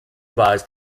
war